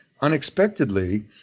unexpectedly